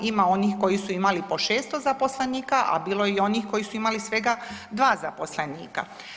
Ima onih koji su imali po 600 zaposlenika, a bilo je onih koji su imali svega 2 zaposlenika.